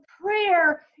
prayer